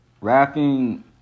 rapping